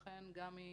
לכן גם היא